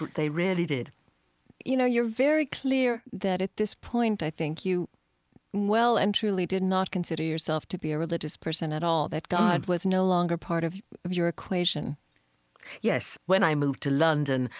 they really did you know, you're very clear that at this point, i think, you well and truly did not consider yourself to be a religious person at all, that god was no longer part of of your equation yes. when i moved to london,